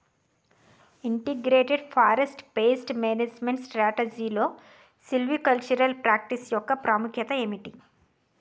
Integrated forest pest management స్ట్రాటజీలో silvicultural practice యెక్క ప్రాముఖ్యత ఏమిటి??